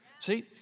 See